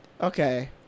Okay